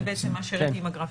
זה בעצם מה שהראיתי עם הגרפים.